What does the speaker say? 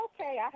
okay